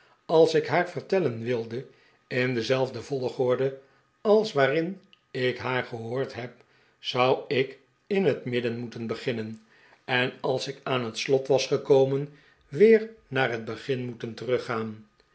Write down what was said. als ik haar vertellen wilde in dezelfde volgorde als waarin ik haar gehoord heb zou ik in het midden moeten beginnen en als ik aan het slot was gekomen weer naar het begin moeten teruggaan